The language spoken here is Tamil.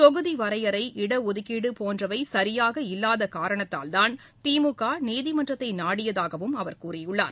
தொகுதி வரையறை இடஒதுக்கீடு போன்றவை சரியாக இல்லாத காரணத்தால்தான் திமுக நீதிமன்றத்தை நாடியதாகவும் அவர் கூறியுள்ளார்